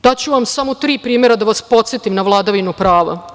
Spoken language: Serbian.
Daću vam samo tri primera da vas podsetim na vladavinu prava.